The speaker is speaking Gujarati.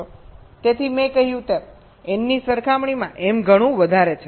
તેથી મેં કહ્યું તેમ n ની સરખામણીમાં m ઘણું વધારે છે